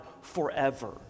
forever